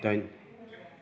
दाइन